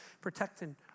protecting